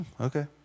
Okay